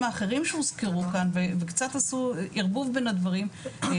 האחרים שהוזכרו כאן וקצת עשו ערבוב בין הדברים,